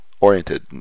oriented